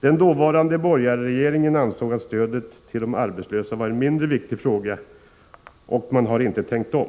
Den dåvarande borgarregeringen ansåg att stödet till de arbetslösa var en mindre viktig fråga, och man har inte tänkt om.